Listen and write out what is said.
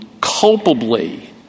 culpably